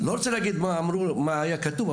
לא רוצה לומר מה היה כתוב,